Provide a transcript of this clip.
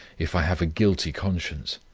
if i have a guilty conscience,